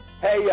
Hey